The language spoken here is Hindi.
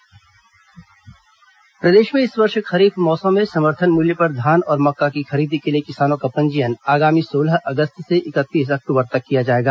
धान मक्का पंजीयन प्रदेश में इस वर्ष खरीफ मौसम में समर्थन मूल्य पर धान और मक्का की खरीदी के लिए किसानों का पंजीयन आगामी सोलह अगस्त से इकतीस अक्टूबर तक किया जाएगा